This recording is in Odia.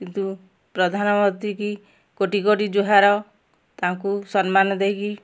କିନ୍ତୁ ପ୍ରଧାନମନ୍ତ୍ରୀ କି କୋଟି କୋଟି ଜୁହାର ତାଙ୍କୁ ସମ୍ମାନ ଦେଇକି